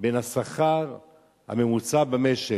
בין השכר הממוצע במשק,